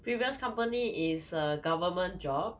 previous company is a government job